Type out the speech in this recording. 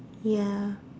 ya